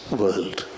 world